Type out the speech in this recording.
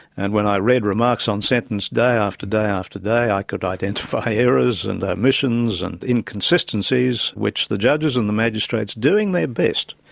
and when i read remarks on sentence day after day after day, i could identify errors and omissions and inconsistencies which the judges and the magistrates, doing their best,